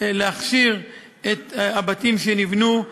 להכשיר את הבתים שנבנו,